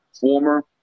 former